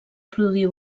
produir